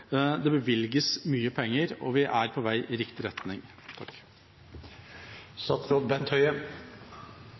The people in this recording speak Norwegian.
Det bevilges mye penger, og vi er på vei i riktig retning.